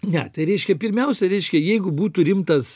ne tai reiškia pirmiausia reiškia jeigu būtų rimtas